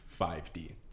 5d